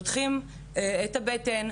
פוצחים את הבטן,